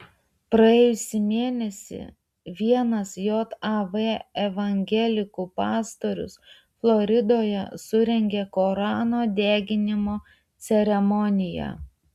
praėjusį mėnesį vienas jav evangelikų pastorius floridoje surengė korano deginimo ceremoniją